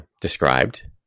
described